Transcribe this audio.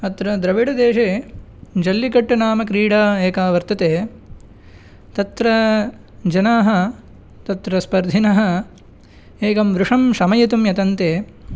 अत्र द्रविडदेशे जल्लिकट्टु नाम क्रीडा एका वर्तते तत्र जनाः तत्र स्पर्धिनः एकं वृषं शमयितुं यतन्ते